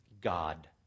God